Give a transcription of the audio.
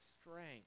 strength